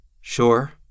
Sure